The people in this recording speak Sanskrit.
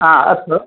हा अस्तु